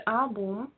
album